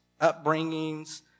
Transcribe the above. upbringings